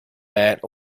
matt